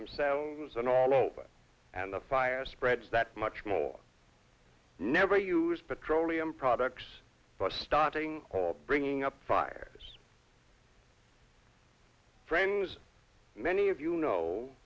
them and all over and the fire spreads that much more never use petroleum products starting bringing up fires friends many of you know